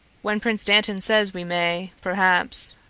when prince dantan says we may, perhaps.